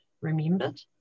remembered